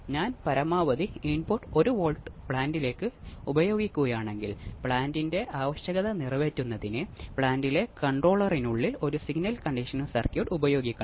ഓരോരുത്തരും 60 degree phase shift അവതരിപ്പിക്കുന്നു മൊത്തം നൂറ്റി എൺപത് ഡിഗ്രി ഷിഫ്റ്റ് അവതരിപ്പിക്കുന്നു